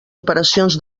operacions